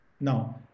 Now